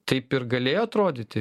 taip ir galėjo atrodyti